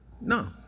No